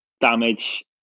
damage